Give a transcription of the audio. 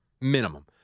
Minimum